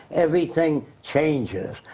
everything changes.